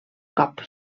cop